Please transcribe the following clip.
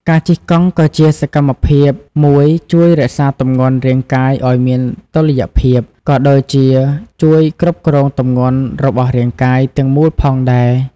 ការជិះកង់ក៏ជាសកម្មភាពមួយជួយរក្សាទម្ងន់រាងកាយឱ្យមានតុល្យភាព ក៏ដូចជាជួយគ្រប់គ្រងទម្ងន់របស់រាងកាយទាំងមូលផងដែរ។